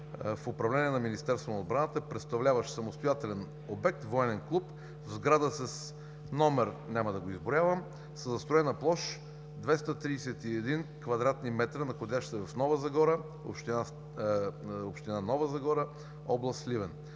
в управление на Министерството на отбраната, представляващ самостоятелен обект – военен клуб – в сграда с номер – няма да го изброявам, със застроена площ 231 кв.м., находящ се в община Нова Загора, област Сливен.